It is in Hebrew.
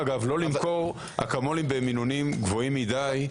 למכור אקמולים במינונים גבוהים מדי,